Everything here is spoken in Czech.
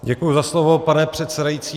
Děkuji za slovo, pane předsedající.